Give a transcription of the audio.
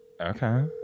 Okay